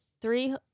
three